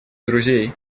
друзей